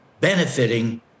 benefiting